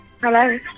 Hello